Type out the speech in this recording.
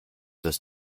this